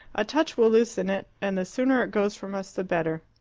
a touch will loosen it, and the sooner it goes from us the better.